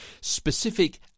Specific